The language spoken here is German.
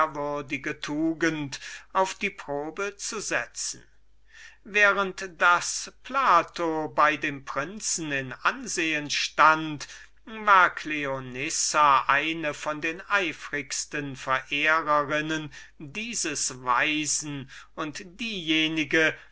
auf die probe zu setzen während der zeit da plato in so großem ansehen bei dionysen stund war cleonissa eine von den eifrigsten verehrerinnen dieses weisen und diejenige